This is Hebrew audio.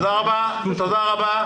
תודה רבה.